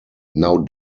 now